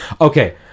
okay